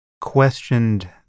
questioned